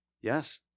yes